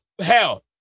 Hell